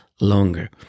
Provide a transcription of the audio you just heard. longer